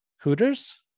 Hooters